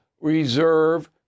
reserve